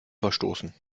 verstoßen